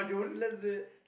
let's do it